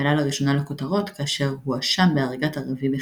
ועלה לראשונה לכותרות כאשר הואשם בהריגת ערבי בחיפה.